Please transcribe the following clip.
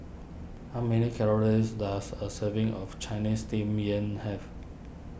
how many calories does a serving of Ciinese Steamed Yam have